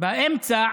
באמצע